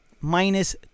minus